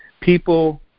people